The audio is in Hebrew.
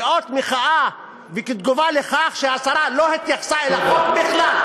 לאות מחאה וכתגובה על כך שהשרה לא התייחסה אל החוק בכלל.